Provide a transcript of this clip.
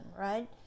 right